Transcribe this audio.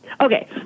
Okay